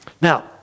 now